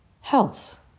Health